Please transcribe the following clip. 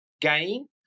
gain